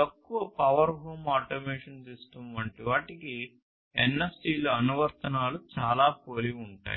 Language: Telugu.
తక్కువ పవర్ హోమ్ ఆటోమేషన్ సిస్టమ్స్ వంటి వాటికి ఎన్ఎఫ్సిల అనువర్తనాలు చాలా పోలి ఉంటాయి